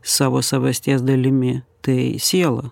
savo savasties dalimi tai siela